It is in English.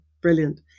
Brilliant